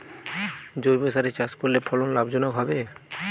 জৈবসারে চাষ করলে ফলন লাভজনক হবে?